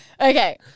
Okay